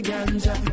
Ganja